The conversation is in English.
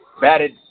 batted